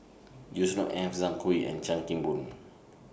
Yusnor Ef Zhang Hui and Chan Kim Boon